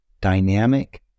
dynamic